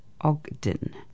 ogden